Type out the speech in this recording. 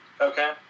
Okay